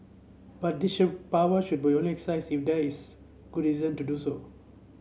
but this power should be only exercised if there is good reason to do so